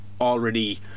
already